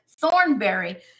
Thornberry